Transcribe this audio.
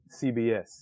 CBS